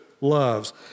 loves